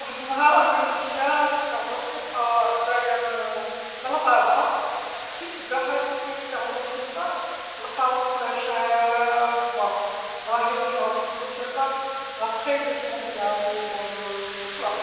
وحد النهارا موسيقار سمع موسيقى جايه من من الغابه، كي تبع هاديك الطريق تاع الموسيقى لقى طفله شابه، راهي تلعب في الموسيقى بعد ذلك وقع في حبها وخلاص الفيلم.